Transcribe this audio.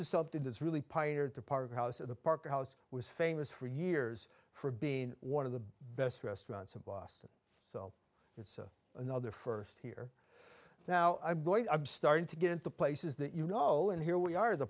is something that's really pioneered the part of house of the parker house was famous for years for being one of the best restaurants in boston so so another first here now i'm going i'm starting to get into places that you know and here we are the